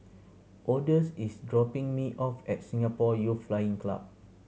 odus is dropping me off at Singapore Youth Flying Club